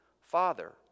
father